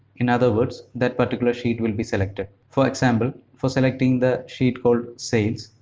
in other words that particular sheet will be selected. for example, for selecting the sheet called sales,